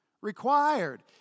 required